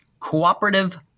cooperative